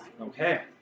Okay